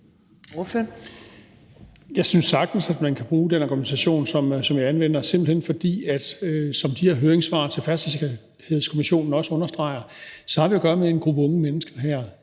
Jeg synes sagtens, man kan bruge den argumentation, som jeg anvender, simpelt hen fordi – som de her høringssvar fra Færdselssikkerhedskommissionen også understreger – vi her har at gøre med en gruppe unge mennesker,